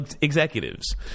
executives